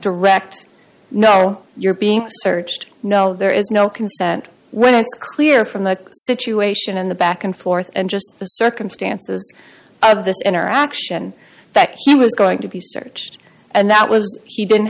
direct no you're being searched no there is no consent when it's clear from the situation in the back and forth and just the circumstances of this interaction that he was going to be searched and that was he didn't